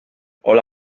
hola